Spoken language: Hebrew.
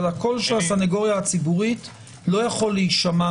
אבל הקול של הסנגוריה הציבורית לא יכול להישמע